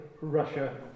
Russia